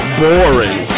boring